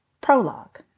Prologue